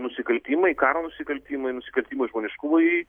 nusikaltimai karo nusikaltimai nusikaltimai žmoniškumui